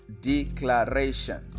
Declaration